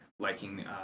liking